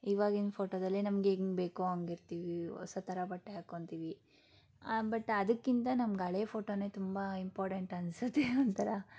ಇವಾಗಿನ ಫೋಟೋದಲ್ಲಿ ನಮ್ಗೆ ಹೆಂಗ್ ಬೇಕೋ ಹಂಗಿರ್ತೀವಿ ಹೊಸ ಥರ ಬಟ್ಟೆ ಹಾಕೊತೀವಿ ಬಟ್ ಅದಕ್ಕಿಂತ ನಮ್ಗೆ ಹಳೆ ಫೋಟೋನೇ ತುಂಬ ಇಂಪಾರ್ಟೆಂಟ್ ಅನಿಸುತ್ತೆ ಒಂಥರ